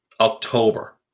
October